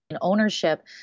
ownership